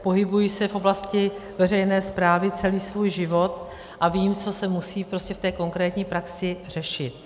Pohybuji se v oblasti veřejné správy celý svůj život a vím, co se musí prostě v té konkrétní praxi řešit.